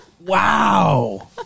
Wow